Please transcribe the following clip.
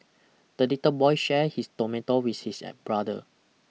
the little boy share his tomato with his brother